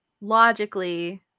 logically